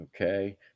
okay